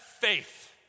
faith